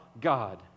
God